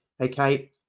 okay